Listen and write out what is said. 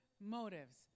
motives